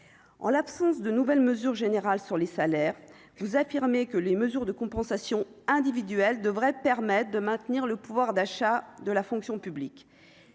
en l'absence de nouvelles mesures générales sur les salaires, vous affirmez que les mesures de compensation individuelle devrait permettre de maintenir le pouvoir d'achat de la fonction publique,